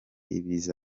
ibiza